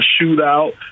shootout